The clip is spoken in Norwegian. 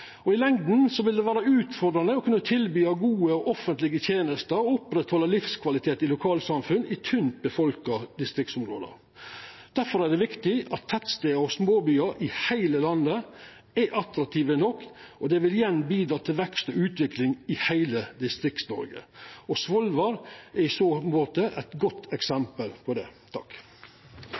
I lengda vil det vera utfordrande å kunna tilby gode offentlege tenester og halda oppe livskvalitet i lokalsamfunn i tynt befolka distriktsområde. Difor er det viktig at tettstader og småbyar i heile landet er attraktive nok. Det vil igjen bidra til vekst og utvikling i heile Distrikts-Noreg, og Svolvær er i så måte eit godt eksempel på det.